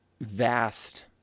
vast